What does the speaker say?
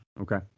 Okay